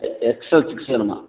extra sixty வேணுமா